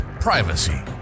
privacy